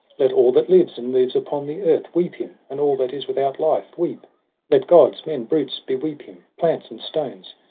let all that lives and moves upon the earth weep him, and all that is without life weep let gods, men, brutes, beweep him plants and stones!